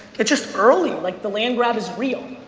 it's just early. like the land grab is real.